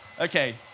Okay